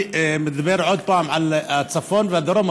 אני מדבר עוד פעם על הצפון והדרום,